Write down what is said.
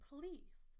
Please